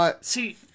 See